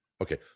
Okay